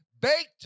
baked